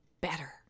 better